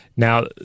Now